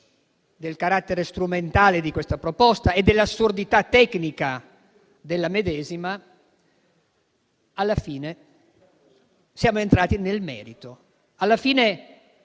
alla fine siamo entrati nel merito.